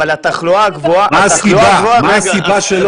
אבל התחלואה הגבוהה --- מה הסיבה שלא?